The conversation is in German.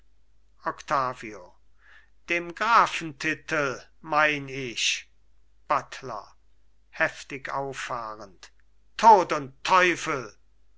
dem grafentitel mein ich buttler heftig auffahrend tod und teufel